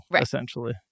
essentially